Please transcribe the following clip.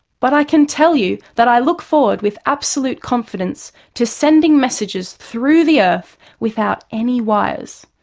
but i can tell you that i look forward with absolute confidence to sending messages through the earth without any wires.